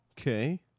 Okay